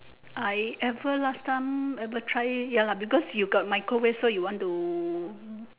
I ever last time ever try ya lah because you got microwave so you want to